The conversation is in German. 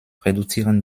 reduzieren